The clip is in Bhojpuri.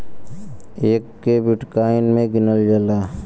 एके बिट्काइन मे गिनल जाला